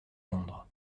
londres